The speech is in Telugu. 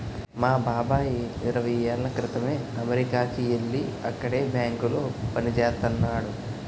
మా బాబాయి ఇరవై ఏళ్ళ క్రితమే అమెరికాకి యెల్లి అక్కడే బ్యాంకులో పనిజేత్తన్నాడు